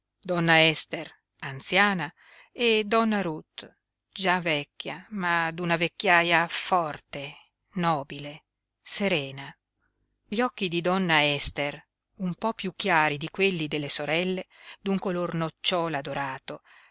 donna ester anziana e donna ruth già vecchia ma d'una vecchiaia forte nobile serena gli occhi di donna ester un po piú chiari di quelli delle sorelle d'un color nocciola dorato